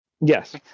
Yes